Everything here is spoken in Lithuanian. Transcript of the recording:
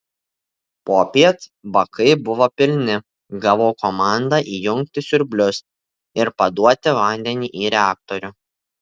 popiet bakai buvo pilni gavau komandą įjungti siurblius ir paduoti vandenį į reaktorių